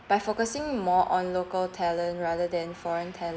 by focusing more on local talent rather than foreign